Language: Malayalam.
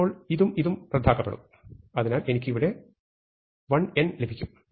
ഇപ്പോൾ ഇതും ഇതും റദ്ദാക്കപ്പെടും അതിനാൽ എനിക്ക് ഇവിടെ 1n ലഭിക്കും